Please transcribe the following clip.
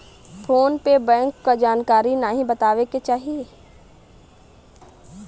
phone पे bank क जानकारी नाहीं बतावे के चाही